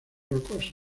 rocosas